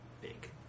big